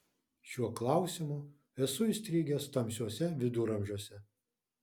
šiuo klausimu esu įstrigęs tamsiuose viduramžiuose